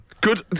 Good